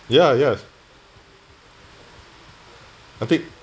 ya yes a bit